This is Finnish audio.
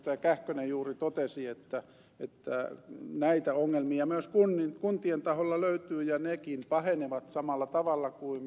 kähkönen juuri totesi että näitä ongelmia myös kuntien taholla löytyy ja nekin pahenevat samalla tavalla kuin ed